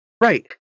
Right